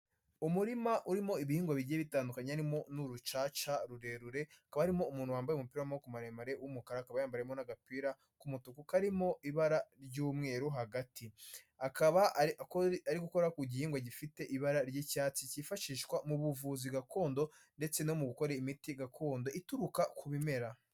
Umurima urimo ibihingwa bigiye bitandukanye harimo n'urucaca rurerure, hakaba harimo umuntu wambaye umupira w'amaboko maremare w'umukara, akaba yambariyemo n'agapira k'umutuku karimo ibara ry'umweru hagati. Akaba ari gukora ku gihingwa gifite ibara ry'icyatsi cyifashishwa mu buvuzi gakondo, ndetse no mu gukora imiti gakondo ituruka ku bimera.